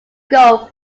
golf